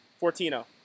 Fortino